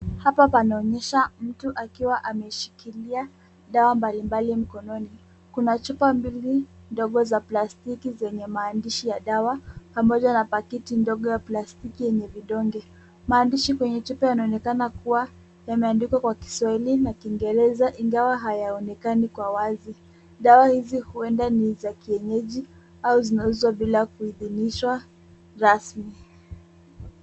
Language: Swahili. Hapa panaonyesha mtu akiwa ameshikilia dawa mbalimbali mkononi. Kuna chupa mbili, ndogo za plastiki zenye maandishi ya dawa, pamoja na pakiti ndogo ya plastiki yenye vidonge. Maandishi kwenye chupa yanaonekana kuwa yameandikwa kwa kiswahili na kiingereza ingawa hayaonekani kwa wazi. Dawa hizi huenda ni za kienyeji au zinazotumiwa kuidhinishwa rasmi.